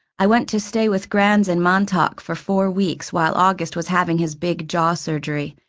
i went to stay with grans in montauk for four weeks while august was having his big jaw surgery.